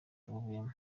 tuvuyemo